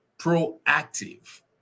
proactive